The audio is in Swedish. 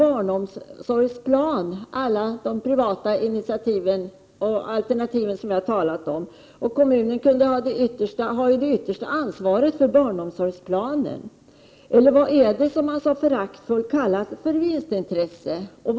Alla de privata initiativen och andra alternativ som jag har talat om kunde ju ingå i kommunens barnomsorgsplan, och kommunen har ju det yttersta ansvaret för barnomsorgsplanen. Vad är det som man så föraktfullt kallar för vinstintresse?